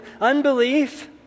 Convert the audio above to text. unbelief